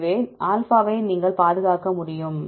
எனவே ஆல்பாவை நீங்கள் பாதுகாக்க முடியும்